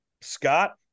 Scott